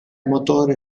motore